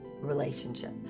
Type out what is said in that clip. relationship